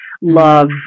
love